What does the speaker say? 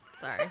Sorry